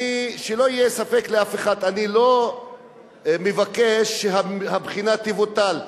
שלא יהיה ספק לאף אחד: אני לא מבקש שהבחינה תבוטל,